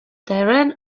darren